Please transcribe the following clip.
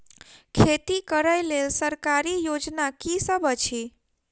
खेती करै लेल सरकारी योजना की सब अछि?